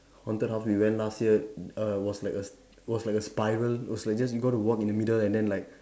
haunted house we went last year err was like a s was like a spiral was like just you got to walk in the middle and then like